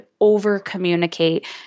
Over-communicate